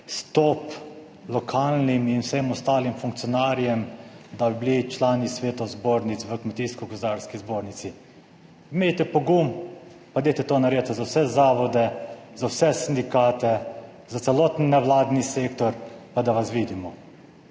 stop lokalnim in vsem ostalim funkcionarjem, da bi bili člani svetov zbornic v Kmetijsko gozdarski zbornici. Imejte pogum, pa dajte to narediti za vse zavode, za vse sindikate, za celoten nevladni sektor pa da vas vidimo.